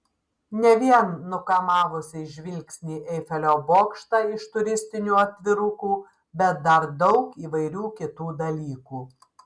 ne vien nukamavusį žvilgsnį eifelio bokštą iš turistinių atvirukų bet dar daug įvairių kitų dalykų